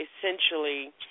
essentially